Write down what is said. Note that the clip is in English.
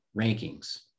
rankings